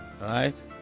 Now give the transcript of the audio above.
right